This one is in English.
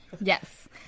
yes